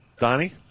Donnie